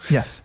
Yes